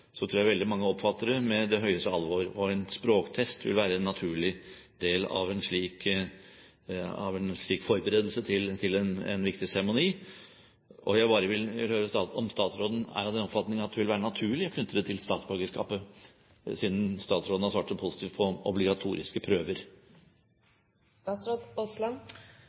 tror jeg veldig mange oppfatter dem med det største alvor. En språktest vil være en naturlig del av en forberedelse til en slik viktig seremoni. Jeg vil bare høre om statsråden er av den oppfatning at det vil være naturlig å knytte en slik test til statsborgerskapet, siden statsråden har svart så positivt på spørsmål om obligatoriske